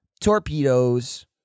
torpedoes